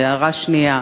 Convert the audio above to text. והערה שנייה,